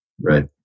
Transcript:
right